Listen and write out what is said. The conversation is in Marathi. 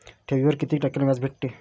ठेवीवर कितीक टक्क्यान व्याज भेटते?